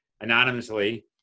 anonymously